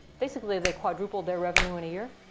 basically they quadrupled their revenue and a year,